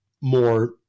more